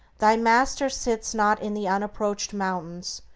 thy master sits not in the unapproached mountains,